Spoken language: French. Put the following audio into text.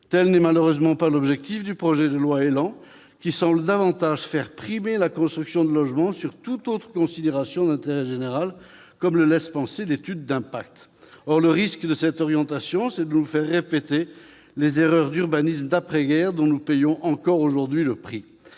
Tel n'est malheureusement pas l'objectif du projet de loi ÉLAN, qui semble davantage faire primer la construction de logements sur toute autre considération d'intérêt général, comme le laisse à penser l'étude d'impact. C'est vrai ! Or le risque de cette orientation, c'est de nous faire répéter les erreurs d'urbanisme d'après-guerre, dont nous payons encore aujourd'hui le prix.